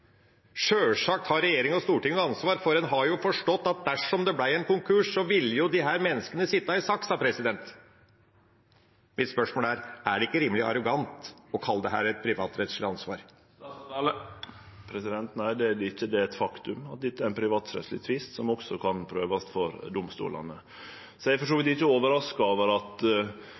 Sjølsagt har regjeringa og Stortinget et ansvar, for en har jo forstått at dersom det ble en konkurs, ville disse menneskene sitte i saksa. Mitt spørsmål er: Er det ikke rimelig arrogant å kalle dette et privatrettslig ansvar? Nei, det er det ikkje, det er eit faktum at dette er ein privatrettsleg tvist som kan prøvast for domstolane. Eg er for så vidt ikkje overraska over at